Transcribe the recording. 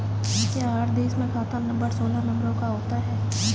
क्या हर देश में खाता नंबर सोलह नंबरों का होता है?